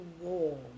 warm